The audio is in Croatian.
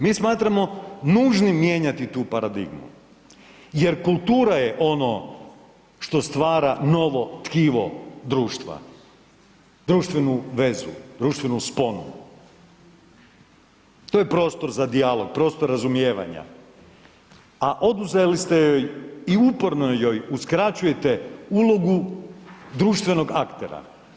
Mi smatramo nužnim mijenjati tu paradigmu jer kultura je ono što stvara novo tkivo društva, društvenu vezu, društvenu sponu, to je prostor za dijalog, prostor razumijevanja, a oduzeli ste joj i uporno joj uskraćujete ulogu društvenog aktera.